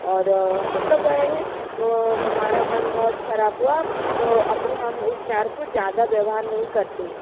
और मतलब गए हैं तो हमारा मन बहुत ख़राब हुआ तो अभी हम उस चार को ज़्यादा व्यवहार नहीं करते हैं